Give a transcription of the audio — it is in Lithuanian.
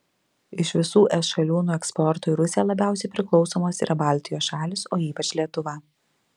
iš visų es šalių nuo eksporto į rusiją labiausiai priklausomos yra baltijos šalys o ypač lietuva